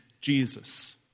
Jesus